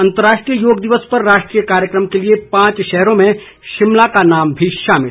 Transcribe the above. अंतर्राष्ट्रीय योग दिवस पर राष्ट्रीय कार्यक्रम के लिए पांच शहरों में शिमला का नाम भी शामिल